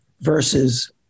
versus